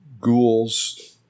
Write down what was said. ghouls